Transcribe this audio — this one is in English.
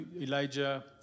Elijah